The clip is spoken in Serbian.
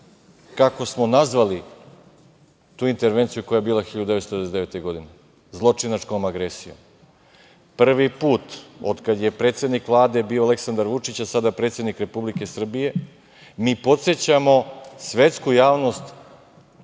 kako smo nazvali tu intervenciju koja je bila 1999. godine – zločinačkom agresijom. Prvi put od kada je predsednik Vlade bio Aleksandar Vučić, a sada predsednik Republike Srbije mi podsećamo svetsku javnost,